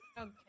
Okay